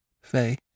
Faye